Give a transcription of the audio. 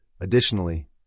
Additionally